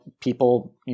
people